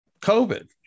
COVID